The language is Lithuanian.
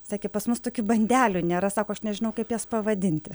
sakė pas mus tokių bandelių nėra sako aš nežinau kaip jas pavadinti